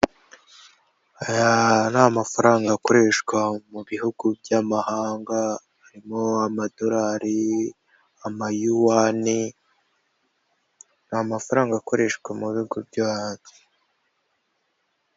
Aya ni amafaranga akoreshwa mu bihugu by'amahanga harimo Amadolari, Amayuwane ni amafaranga akoreshwa mu bihugu byo hanze.